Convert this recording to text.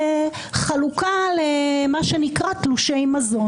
לחלוקה למה שנקרא "תלושי מזון".